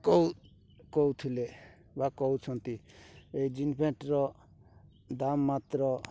କହୁ କହୁଥିଲେ ବା କହୁଛନ୍ତି ଏଇ ଜିନ୍ ପ୍ୟାଣ୍ଟର ଦାମ୍ ମାତ୍ର